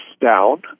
down